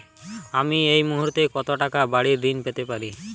আমি এই মুহূর্তে কত টাকা বাড়ীর ঋণ পেতে পারি?